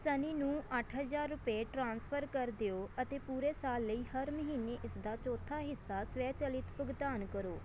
ਸਨੀ ਨੂੰ ਅੱਠ ਹਜ਼ਾਰ ਰੁਪਏ ਟ੍ਰਾਂਸਫਰ ਕਰ ਦਿਓ ਅਤੇ ਪੂਰੇ ਸਾਲ ਲਈ ਹਰ ਮਹੀਨੇ ਇਸਦਾ ਚੌਥਾ ਹਿੱਸਾ ਸਵੈਚਲਿਤ ਭੁਗਤਾਨ ਕਰੋ